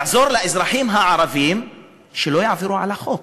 יעזור לאזרחים הערבים שלא יעברו על החוק,